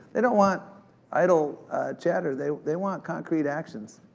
they don't want idle chatter, they they want concrete actions.